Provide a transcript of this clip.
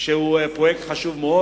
שהוא חשוב מאוד.